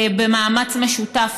במאמץ משותף,